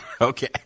Okay